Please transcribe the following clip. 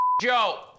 Joe